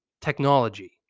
technology